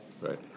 right